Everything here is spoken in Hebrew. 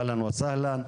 אהלן וסהלן.